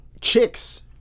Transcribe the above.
chicks